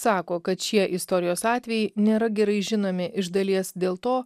sako kad šie istorijos atvejai nėra gerai žinomi iš dalies dėl to